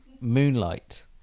Moonlight